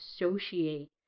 associate